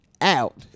out